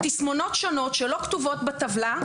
תסמונות שונות שלא כתובות בטבלה,